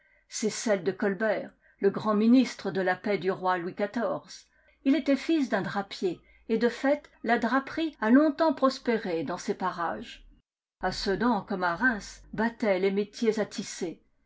c'est celle de colbert le grand ministre de la paix du roi louis xiv il était fils d'un drapier et de fait la draperie a longtemps prospéré dans ces parages à sedan comme à reims battaient les métiers à tisser